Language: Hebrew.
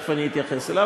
שתכף אני אתייחס אליו,